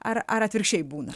ar ar atvirkščiai būna